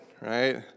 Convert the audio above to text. right